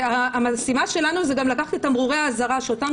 המשימה שלנו היא גם לקחת את תמרורי האזהרה שאותם